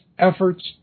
efforts